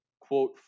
quote